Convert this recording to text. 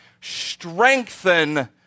Strengthen